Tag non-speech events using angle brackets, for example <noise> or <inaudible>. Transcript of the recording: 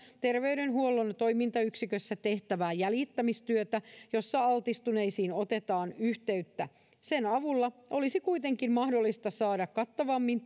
terveydenhuollon toimintayksikössä tehtävää jäljittämistyötä jossa altistuneisiin otetaan yhteyttä sen avulla olisi kuitenkin mahdollista saada kattavammin <unintelligible>